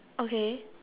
okay